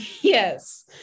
Yes